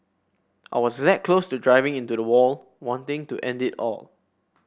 I was that close to driving into the wall wanting to end it all